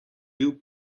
bil